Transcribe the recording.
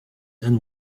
and